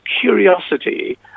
curiosity